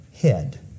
head